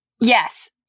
Yes